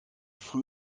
früh